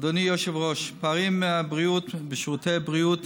אדוני היושב-ראש, פערים בבריאות ובשירותי בריאות